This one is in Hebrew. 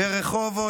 ברחובות,